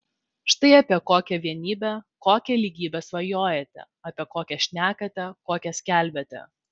štai apie kokią vienybę kokią lygybę svajojate apie kokią šnekate kokią skelbiate